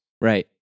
Right